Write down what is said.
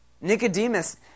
Nicodemus